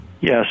Yes